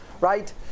Right